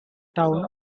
town